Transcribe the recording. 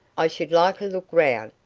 i should like a look round.